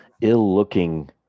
ill-looking